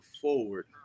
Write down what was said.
forward